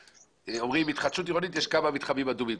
אומרים שבהתחדשות עירונית יש כמה מתחמים אדומים.